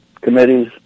committees